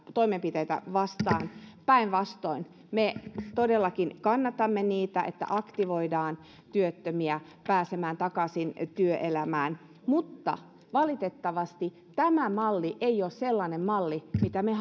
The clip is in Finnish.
toimenpiteitä vastaan päinvastoin me todellakin kannatamme niitä jotta aktivoidaan työttömiä pääsemään takaisin työelämään mutta valitettavasti tämä malli ei ole sellainen malli minkä me